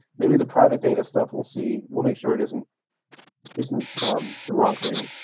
maybe the private data stuff, we'll see. we'll make sure it isn't isn't um the wrong thing.